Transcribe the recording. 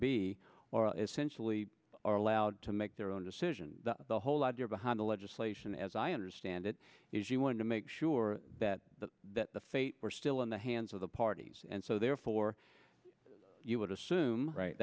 b essentially are allowed to make their own decisions the whole idea behind the legislation as i understand it is you want to make sure that that the fate were still in the hands of the parties and so therefore you would assume